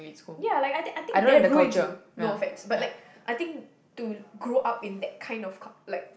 ya like I think I think that ruins you no offence but like I think to grow up in that kind of cul~ like